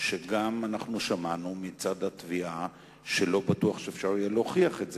שגם שמענו מצד התביעה שלא בטוח שאפשר יהיה להוכיח את זה,